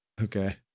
Okay